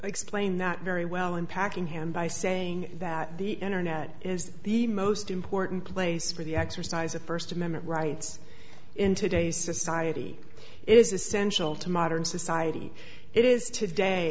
explained that very well in packing him by saying that the internet is the most important place for the exercise of first amendment rights in today's society is essential to modern society it is today